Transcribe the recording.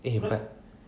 eh but